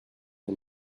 her